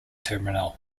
terminal